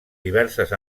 diverses